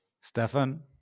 Stefan